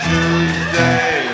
Tuesday